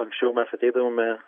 anksčiau mes ateidavome